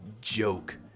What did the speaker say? joke